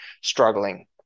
struggling